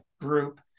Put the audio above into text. Group